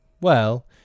Well